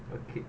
okay